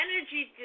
energy